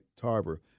Tarver